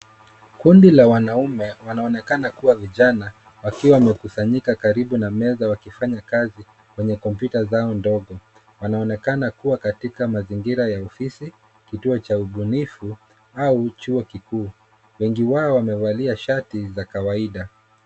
Kundi la wanaume wanaoonekana kuwa vijana, wakiwa wamekusanyika karibu na meza, wakifanya kazi kwenye kompyuta zao ndogo. Wanaonekana kuwa katika mazingira ya ofisi, kituo cha ubunifu, au chuo kikuu. Wengine wao wamevalia shati za kawaida.